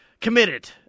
committed